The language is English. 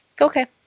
Okay